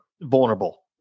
vulnerable